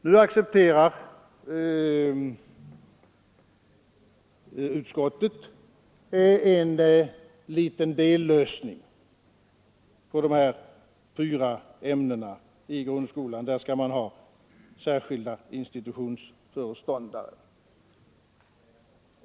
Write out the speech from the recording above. Nu accepterar utskottet en liten dellösning för dessa fyra ämnen i grundskolan: där skall man ha särskilda institutionsföreståndare.